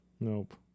Nope